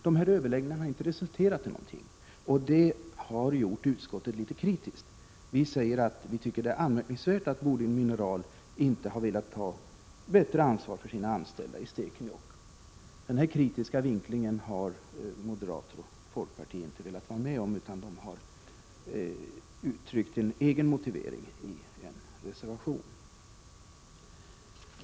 Dessa överläggningar har inte resulterat i någonting, och det har gjort utskottet litet kritiskt. Utskottet tycker att det är anmärkningsvärt att Boliden Mineral inte har velat ta ett bättre ansvar för sina anställda i Stekenjokk. Denna kritiska vinkling har moderater och folkpartister inte velat ansluta sig till, utan de har uttryckt en egen motivering i en reservation.